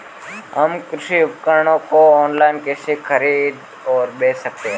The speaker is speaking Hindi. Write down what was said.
हम कृषि उपकरणों को ऑनलाइन कैसे खरीद और बेच सकते हैं?